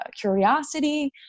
curiosity